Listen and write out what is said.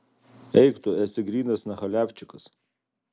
eik tu esi grynas nachaliavčikas